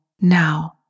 now